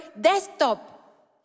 desktop